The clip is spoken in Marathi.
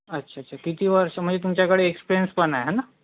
अच्छा अच्छा किती वर्ष म्हणजे तुमच्याकडे एक्सपीरियन्स पण आहे है ना